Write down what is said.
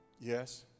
Yes